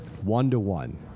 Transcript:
One-to-one